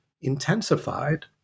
intensified